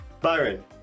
Byron